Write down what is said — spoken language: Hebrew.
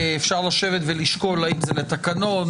אפשר לשבת ולשקול האם זה לתקנון,